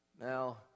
Now